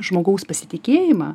žmogaus pasitikėjimą